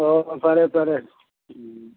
ꯑꯣ ꯐꯔꯦ ꯐꯔꯦ ꯎꯝ